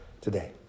today